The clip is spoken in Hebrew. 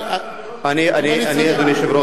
אדוני היושב-ראש,